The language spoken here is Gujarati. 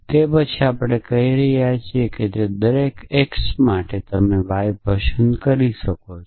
મતલબ કે દરેક x માટે તમે y પસંદ કરી શકો છો